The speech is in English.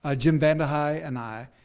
ah jim vandehei and i,